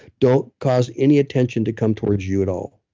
don't cause any attention to come towards you at all.